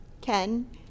Ken